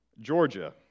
Georgia